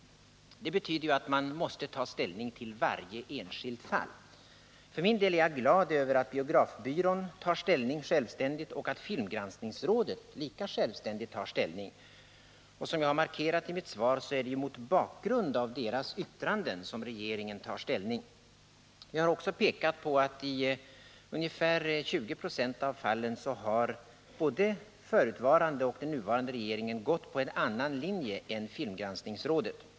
Det betyder att man måste ta ställning till varje enskilt fall. För min del är jag glad över att biografbyrån tar ställning självständigt och över att filmgranskningsrådet lika självständigt tar ställning. Som jag har markerat i mitt svar är det mot bakgrund av deras yttranden som regeringen beslutar. Jag har också pekat på att både den förutvarande och den nuvarande regeringen i ungefär 20 96 av fallen följt en annan linje än filmgranskningsrådet.